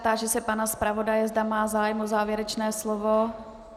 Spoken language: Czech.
Táži se pana zpravodaje, zda má zájem o závěrečné slovo.